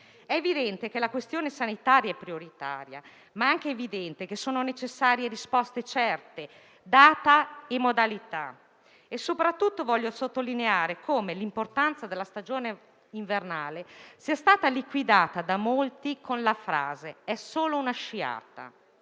È evidente che la questione sanitaria è prioritaria, ma è altresì evidente che sono necessarie risposte certe, con indicazione di data e modalità. Soprattutto, voglio sottolineare come l'importanza della stagione invernale sia stata liquidata da molti con la frase: «È solo una sciata».